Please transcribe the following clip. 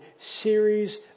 series